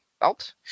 belt